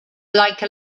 like